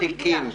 כמה תיקים.